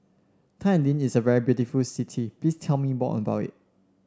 Tallinn is a very beautiful city please tell me more about it